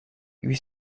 huit